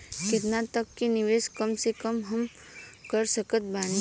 केतना तक के निवेश कम से कम मे हम कर सकत बानी?